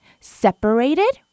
separated